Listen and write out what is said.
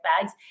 bags